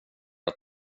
att